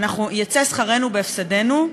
יצא שכרנו בהפסדנו,